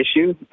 issue